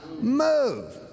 Move